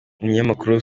umunyamakuru